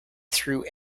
through